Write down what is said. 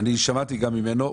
שמעתי גם ממנו.